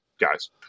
guys